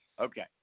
Okay